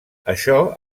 això